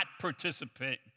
participate